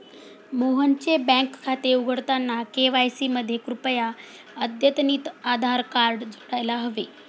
मोहनचे बँक खाते उघडताना के.वाय.सी मध्ये कृपया अद्यतनितआधार कार्ड जोडायला हवे